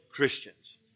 Christians